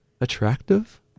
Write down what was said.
attractive